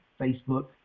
Facebook